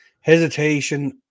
hesitation